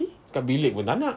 see kat bilik pun tak nak